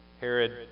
Herod